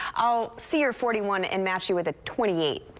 i'll see your forty one and match you with a twenty eight.